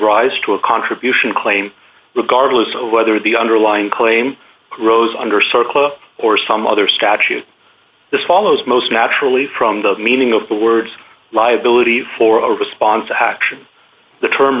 rise to a contribution claim regardless of whether the underlying claim rose under circlip or some other statute this follows most naturally from the meaning of the words liability for a response action the term